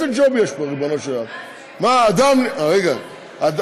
איזה ג'וב יש פה, ריבונו של עולם?